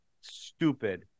stupid